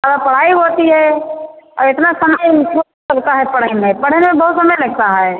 तभी पढ़ाई होती है और इतना समय इनको लगता है पढ़ाई में पढ़ाई में बहुत समय लगता है